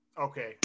okay